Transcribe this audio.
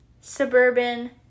suburban